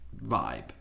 vibe